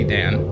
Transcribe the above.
Dan